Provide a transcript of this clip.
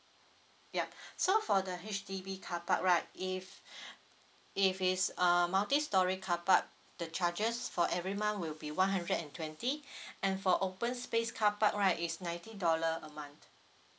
yup so for the H_D_B carpark right if if it's uh multi storey carpark the charges for every month will be one hundred and twenty and for open space carpark right is ninety dollar a month